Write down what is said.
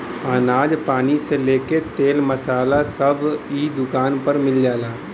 अनाज पानी से लेके तेल मसाला सब इ दुकान पर मिल जाला